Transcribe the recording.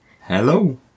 Hello